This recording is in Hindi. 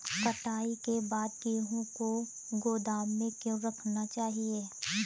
कटाई के बाद गेहूँ को गोदाम में क्यो रखना चाहिए?